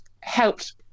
helped